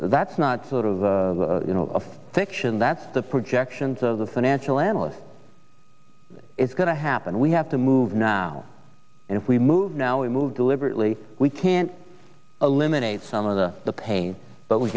that's not sort of you know of fiction that's the projections of the financial analysts is going to happen we have to move now and if we move we move deliberately we can eliminate some of the pain but we